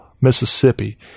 Mississippi